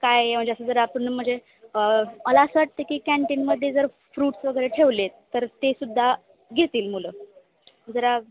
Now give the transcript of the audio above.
काय म्हणजे असं जर आपण म्हणजे मला असं वाटतं की कॅन्टीनमध्ये जर फ्रूट्स वगैरे ठेवले आहेत तर ते सुद्धा घेतील मुलं जरा